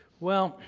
well,